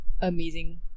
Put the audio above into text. amazing